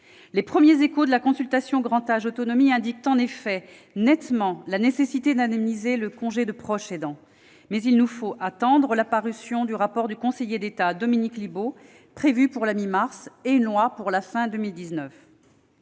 Les premiers échos de la consultation « grand âge et autonomie » indiquent en effet nettement la nécessité d'indemniser le congé de proche aidant. Mais il nous faut attendre la parution du rapport du conseiller d'État Dominique Libault, prévue pour la mi-mars, et une loi pour la fin de 2019.